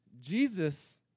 Jesus